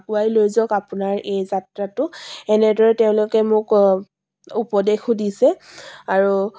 আগুৱাই লৈ যাওক আপোনাৰ এই যাত্ৰাটো এনেদৰে তেওঁলোকে মোক উপদেশো দিছে আৰু